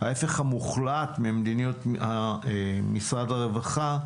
ההפך המוחלט ממדיניות משרד הרווחה,